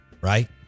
right